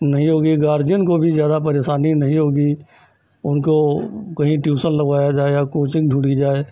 नहीं होगी गार्ज़ियन को भी ज़्यादा परेशानी नहीं होगी उनको कहीं ट्यूशन लगवाया जाए या कोचिन्ग ढूँढ़ी जाए